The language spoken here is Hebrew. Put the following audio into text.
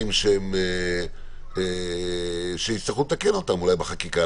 דברים שיצטרכו לתקן אותם אולי בחקיקה.